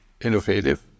innovative